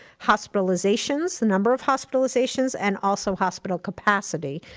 hospitalizations, the number of hospitalizations, and also hospital capacity,